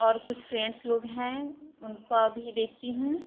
और कुछ फ्रेंड्स लोग हैं उनको भी देखती हूँ